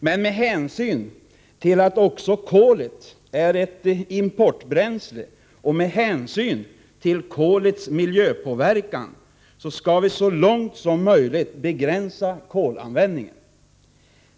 Men med hänsyn till att också kolet är ett importbränsle och med hänsyn till kolets miljöpåverkan skall vi så mycket som möjligt begränsa kolanvändningen.